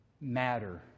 matter